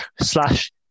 slash